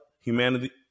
humanity